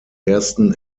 ersten